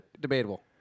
Debatable